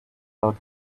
out